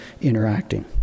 interacting